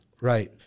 Right